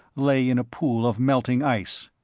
lay in a pool of melting ice.